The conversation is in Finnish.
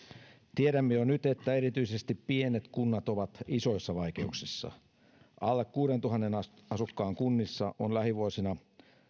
tiedämme jo nyt että erityisesti pienet kunnat ovat isoissa vaikeuksissa alle kuuteentuhanteen asukkaan kunnissa on lähivuosina